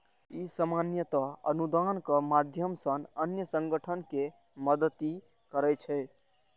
ई सामान्यतः अनुदानक माध्यम सं अन्य संगठन कें मदति करै छै